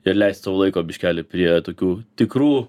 ir leist sau laiko biškelį prie tokių tikrų